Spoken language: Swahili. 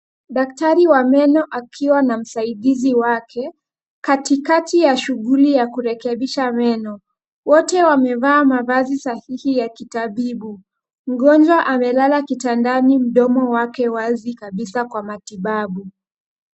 Daktari wa meno akiwa na msaidizi wake katika ya shughuli ya kurekebisha meno. Wote wamevaa mavazi sahihi ya kitabibu. Mgonjwa amelala kitandani, mdomo wake wazi kabisa kwa matibabu.